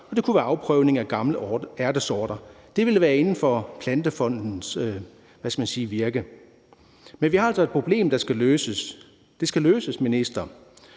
det kunne være afprøvning af gamle ærtesorter. Det ville være inden for Plantefondens virke. Men vi har altså et problem, der skal løses. Det skal løses, minister.